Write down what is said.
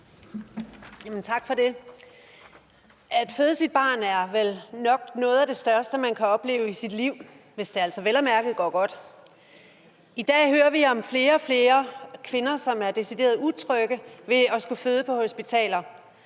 Tak for det. At føde sit barn er vel nok noget af det største, man kan opleve i sit liv, hvis det altså vel at mærke går godt. I dag hører vi om flere og flere kvinder, som er decideret utrygge ved at skulle føde på hospitaler.